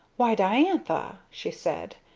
why diantha! she said.